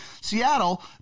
Seattle